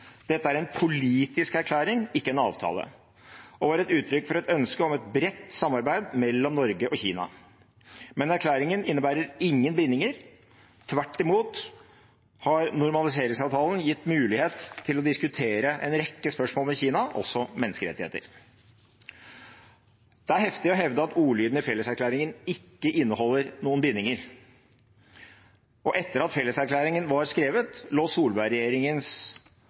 dette er en politisk erklæring, ikke en avtale, og var et uttrykk for et ønske om et bredt samarbeid mellom Norge og Kina. Men erklæringen innebærer ingen bindinger. Tvert imot har normaliseringsavtalen gitt mulighet til å diskutere en rekke spørsmål med Kina, også menneskerettigheter. Det er heftig å hevde at ordlyden i felleserklæringen ikke inneholder noen bindinger. Etter at felleserklæringen var skrevet, lå